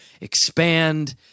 expand